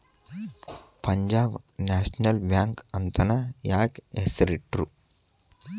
Punjab national bank ಅಂತನ ಯಾಕ್ ಹೆಸ್ರಿಟ್ರು?